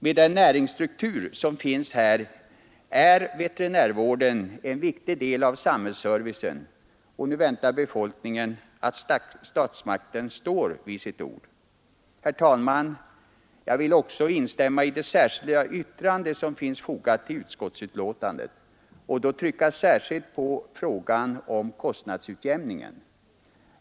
Med den näringsstruktur som finns där är veterinärvården en viktig del av samhällsservicen, och nu väntar befolkningen att statsmakterna står vid sitt ord. Herr talman! Jag vill också instämma i det särskilda yttrande som finns fogat till utskottsbetänkandet och då trycka särskilt på frågan om kostnadsutjämningen.